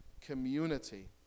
community